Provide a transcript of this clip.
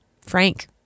Frank